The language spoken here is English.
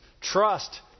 Trust